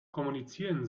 kommunizieren